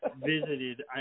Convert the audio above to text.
visited